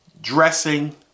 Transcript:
dressing